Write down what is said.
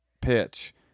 pitch